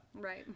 right